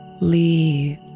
leave